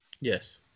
Yes